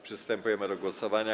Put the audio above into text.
Przystępujemy do głosowania.